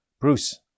Bruce